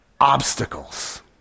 obstacles